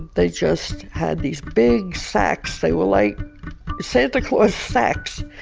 they just had these big sacks, they were like santa claus sacks,